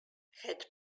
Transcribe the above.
had